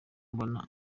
mbona